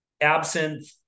absinthe